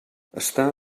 està